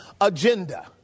agenda